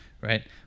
right